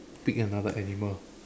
pick another animal